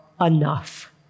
enough